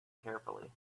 carefully